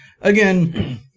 Again